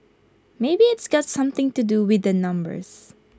maybe it's got something to do with numbers